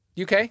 UK